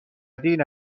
دین